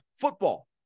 football